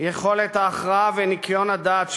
יכולת ההכרעה וניקיון הדעת שלו,